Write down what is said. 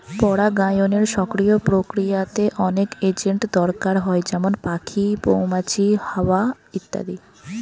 পরাগায়নের সক্রিয় প্রক্রিয়াতে অনেক এজেন্ট দরকার হয় যেমন পাখি, মৌমাছি, হাওয়া ইত্যাদি